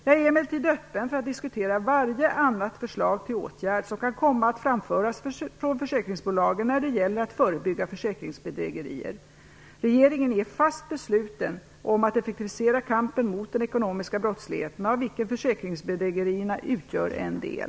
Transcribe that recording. Jag är emellertid öppen för att diskutera varje annat förslag till åtgärd som kan komma att framföras från försäkringsbolagen när det gäller att förebygga försäkringsbedrägerier. Regeringen är fast besluten att effektivisera kampen mot den ekonomiska brottsligheten, av vilken försäkringsbedrägerierna utgör en del.